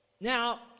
Now